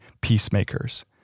peacemakers